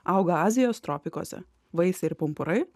auga azijos tropikuose vaisiai ir pumpurai